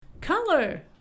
Color